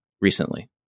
recently